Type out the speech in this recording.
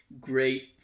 great